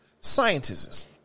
Scientists